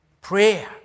Prayer